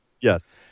Yes